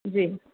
जी